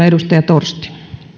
edustaja torsti